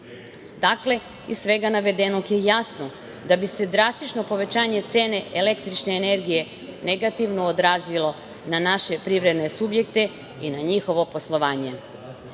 Iz svega navedenog je jasno da bi se drastično povećanje cene električne energije negativno odrazilo na naše privredne subjekte i na njihovo poslovanje. Kao